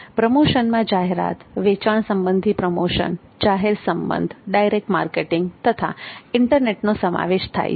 પ્રમોશનમાં જાહેરાત વેચાણ સંબંધી પ્રમોશન જાહેર સંબંધ ડાયરેક્ટ માર્કેટિંગ તથા ઇન્ટરનેટનો સમાવેશ થાય છે